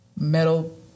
metal